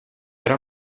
era